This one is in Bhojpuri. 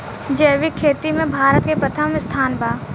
जैविक खेती में भारत के प्रथम स्थान बा